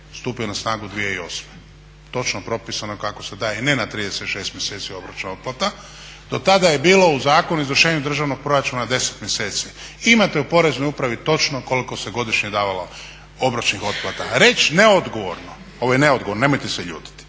stupio na snagu 2008. točno propisano kako se daje ne na 36 mjeseci obročna otplata. Do tada je bilo u Zakonu o izvršenju državnog proračuna 10 mjeseci. Imate u Poreznoj upravi točno koliko se godišnje davalo obročnih otplata. Reći neodgovorno, ovo je neodgovorno nemojte se ljutiti,